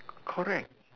correct